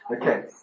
Okay